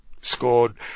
scored